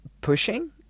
pushing